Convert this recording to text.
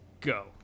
go